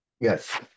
Yes